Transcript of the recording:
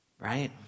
Right